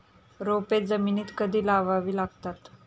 रोपे जमिनीत कधी लावावी लागतात?